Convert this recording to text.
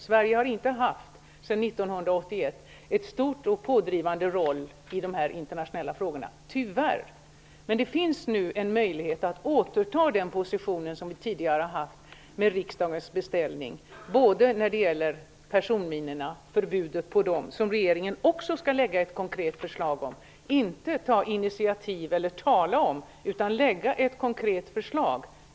Sverige har inte sedan 1991 haft en stor och pådrivande roll i dessa internationella frågor. Tyvärr är det så. Men det finns nu med riksdagens beställning en möjlighet att återta den position som vi tidigare haft. Det gäller även förbud mot personminor. Där skall regeringen lägga fram ett konkret förslag -- inte ta initiativ till förbud eller tala om, utan lägga fram ett konkret förslag.